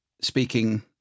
speaking